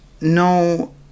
no